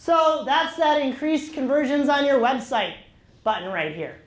so that's that increase conversions on your website but right here